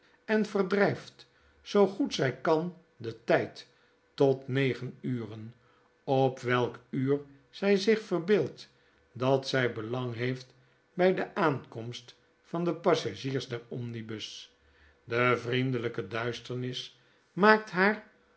en verdrijft zoo goed zy kan den tyd tot negen uren op welk uur zij zich verbeeldt dat zy belang heeft bi de aankomst van de passagiers der omnibus de vriendelijke duisternis maakt haar